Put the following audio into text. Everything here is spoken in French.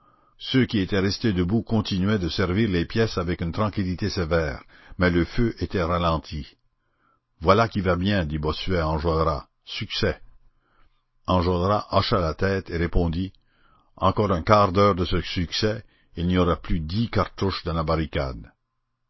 ceux qui étaient restés debout continuaient de servir les pièces avec une tranquillité sévère mais le feu était ralenti voilà qui va bien dit bossuet à enjolras succès enjolras hocha la tête et répondit encore un quart d'heure de ce succès et il n'y aura plus dix cartouches dans la barricade